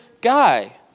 guy